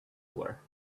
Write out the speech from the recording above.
war